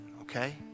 okay